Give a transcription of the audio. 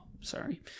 Sorry